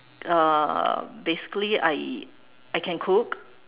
basically I I can cook